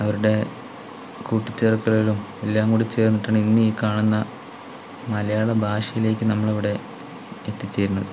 അവരുടെ കൂട്ടിച്ചേർക്കലുകളും എല്ലാം കൂടിച്ചേർന്നിട്ടാണ് ഇന്ന് ഈ കാണുന്ന മലയാള ഭാഷയിലേക്ക് നമ്മള് ഇവിടെ എത്തിച്ചേരുന്നത്